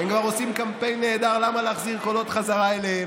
הם כבר עושים קמפיין נהדר להחזיר קולות בחזרה אליהם.